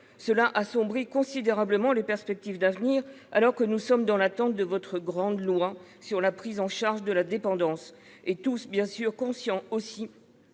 Cela assombrit considérablement les perspectives d'avenir, alors que nous sommes dans l'attente de votre grande loi sur la prise en charge de la dépendance, bien évidemment conscients des